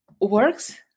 works